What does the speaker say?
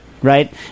Right